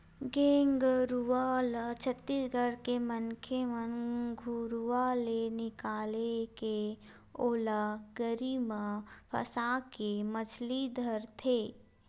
गेंगरूआ ल छत्तीसगढ़ के मनखे मन घुरुवा ले निकाले के ओला गरी म फंसाके मछरी धरथे